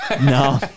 No